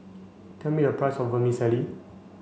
tell me a price of Vermicelli